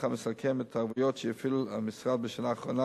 המסכם את ההתערבויות שהפעיל המשרד בשנה האחרונה,